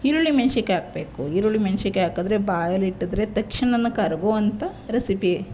ಈರುಳ್ಳಿ ಮೆಣಸಿನ್ಕಾಯಿ ಹಾಕ್ಬೇಕು ಈರುಳ್ಳಿ ಮೆಣಸಿನ್ಕಾಯಿ ಹಾಕಿದ್ರೆ ಬಾಯಲ್ಲಿಟ್ಟಿದ್ರೆ ತಕ್ಷಣನೇ ಕರಗುವಂಥ ರೆಸಿಪಿ